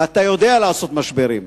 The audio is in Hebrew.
ואתה יודע לעשות משברים,